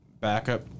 backup